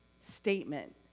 statement